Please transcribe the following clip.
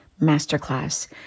Masterclass